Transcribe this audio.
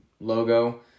logo